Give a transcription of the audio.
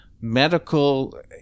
medical